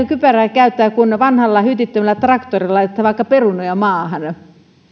kypärää käyttää kun vanhalla hytittömällä traktorilla ajetaan vaikka perunoita maahan